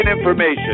information